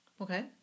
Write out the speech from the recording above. okay